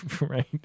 Right